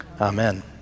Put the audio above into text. Amen